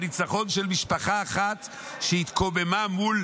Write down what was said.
הניצחון של משפחה אחת שהתקוממה מול